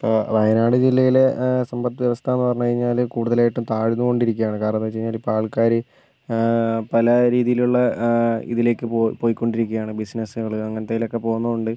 ഇപ്പോൾ വയനാട് ജില്ലയിലെ സമ്പദ്വ്യവസ്ഥന്നു പറഞ്ഞ് കഴിഞ്ഞാൽ കൂടുതലായിട്ടും താഴ്ന്നു കൊണ്ടിരിക്കുകയാണ് കാരണമെന്ന് വെച്ചുകഴിഞ്ഞാൽ ഇപ്പോൾ ആൾക്കാർ പല രീതിയിലുള്ള ഇതിലേക്ക് പോയി പോയിക്കൊണ്ടിരിക്കയാണ് ബിസിനസുകൾ അങ്ങനെത്തേലൊക്കെ പോകുന്നുണ്ട്